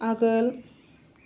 आगोल